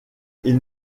ils